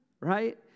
right